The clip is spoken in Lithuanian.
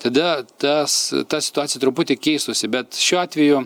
tada tas ta situacija truputį keistųsi bet šiuo atveju